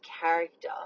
character